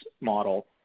model